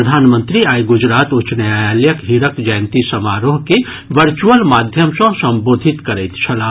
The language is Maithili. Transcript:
प्रधानमंत्री आइ ग्रजरात उच्च न्यायालयक हीरक जयंती समारोह के वर्चुअल माध्यम सँ संबोधित करैत छलाह